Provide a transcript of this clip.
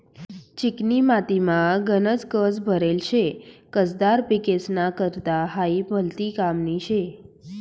चिकनी मातीमा गनज कस भरेल शे, कसदार पिकेस्ना करता हायी भलती कामनी शे